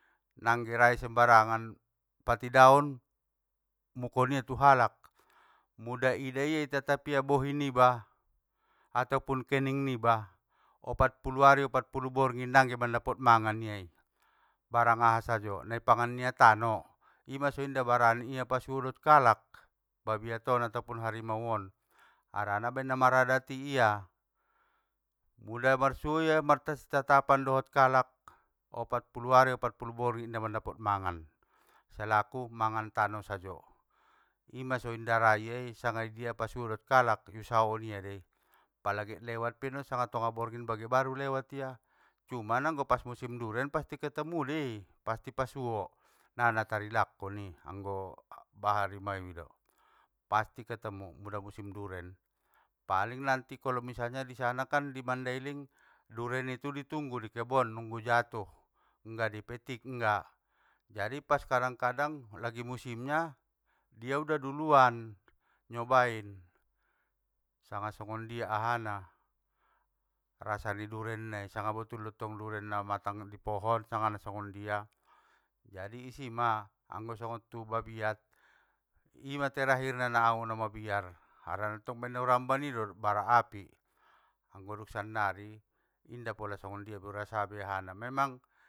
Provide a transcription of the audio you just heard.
Nangge rai sembarangan patidahon, muko nia tu halak, muda ida ia i tatap ia bohi niba, atopun kening niba, opatpulu ari opatpulu borngin nangge mandapot mangan ia i, barang aha sajo, naipangan nia tano! Ima so inda barani ia pasuo dot kalak, babiat on atopun harimaon, harana ambaen namaradat i ia!. Pula marsuo ia mars sitatapan dohot kalak, opatpulu ari opatpulu borngin ngga mandapot mangan, salaku mangan tano sajo. Ima so inda raia i sanga idia pasuo dot kalak i, iusahaon ia dei, pala get lewat penon sanga tonga borngin bage baru lewat ia, cuman anggo musiim duren pasti ketemu dei, pasti pasuo!, na ngga tarilakkon i anggo baharimaui do! Pasti ketemu mula musim duren, paling nanti kalo misalnya kan di sanakan di mandailing, duren itu ditunggu di kebon, nunggu jatuh ngga dipetik, ngga. Jadi paskadang kadang, lagi musimya dia udah duluan nyobain, sanga songondia ahana rasa niduren nai sanga botul do tong duren namatang i pohon, sanga na songondia, jadi isima, anggo songon tu babiat, ima terahir na au namabiar harana tong baen naurambani do dot bara api, anggo dung sannari inda pola songondia be urasa ahana memang.